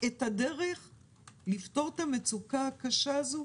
את הדרך לפתור את המצוקה הקשה הזאת?